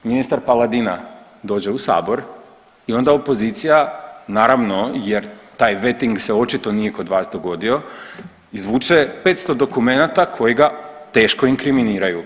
Ministar Paladina dođe u Sabor i onda opozicija, naravno jer taj vetting se očito nije kod vas dogodio izvuče 500 dokumenata koji ga teško inkriminiraju.